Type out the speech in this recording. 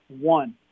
one